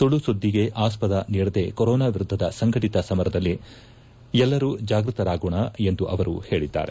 ಸುಳ್ಳು ಸುದ್ದಿಗಳಿಗೆ ಆಸ್ವದ ನೀಡದೇ ಕೋರೋನಾ ವಿರುದ್ದದ ಸಂಘಟಿತ ಸಮರದಲ್ಲಿ ನಾವೆಲ್ಲರೂ ಜಾಗೃತರಾಗಿರೋಣ ಎಂದು ಅವರು ಹೇಳಿದ್ದಾರೆ